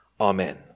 Amen